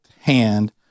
hand